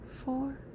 four